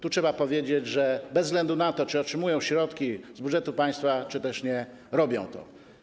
To trzeba powiedzieć, że bez względu na to, czy otrzymują środki z budżetu państwa, czy też nie, robią to.